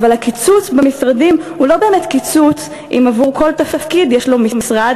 אבל הקיצוץ במשרדים הוא לא באמת קיצוץ אם עבור כל תפקיד יש לו משרד,